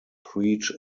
preach